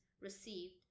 Received